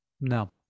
No